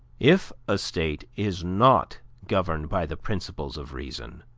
if a state is not governed by the principles of reason,